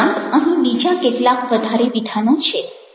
તદુપરાંત અહીં બીજા કેટલાક વધારે વિધાનો છે